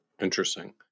Interesting